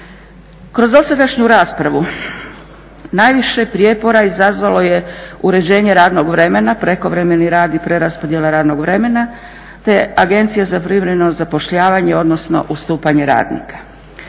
Kroz dosadašnju raspravu najviše prijepora izazvalo je uređenje radnog vremena, prekovremeni rad i preraspodjela radnog vremena te agencija za privremeno zapošljavanje, odnosno ustupanje radnika.